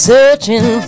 Searching